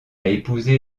épousé